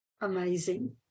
Amazing